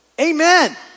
Amen